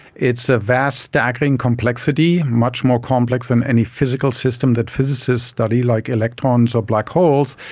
it's a vast, staggering complexity, much more complex than any physical system that physicists study like electrons or black holes,